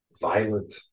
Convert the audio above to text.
violent